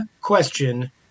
question